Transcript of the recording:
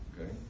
okay